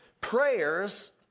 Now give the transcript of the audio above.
prayers